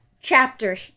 chapter